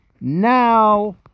now